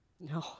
No